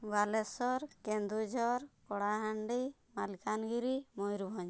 Balasore Keonjhar Kalahandi Malkangiri Mayurbhanj